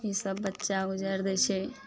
ई सब बच्चा उजारि दै छै